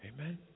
Amen